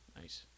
Nice